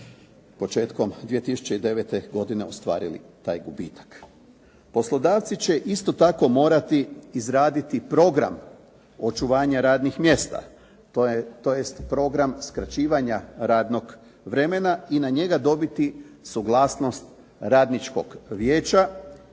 početkom 2009. godine ostvarili taj gubitak. Poslodavci će isto tako morati izraditi program očuvanja radnih mjesta, tj. program skraćivanja radnog vremena i na njega dobiti suglasnost radničkog vijeća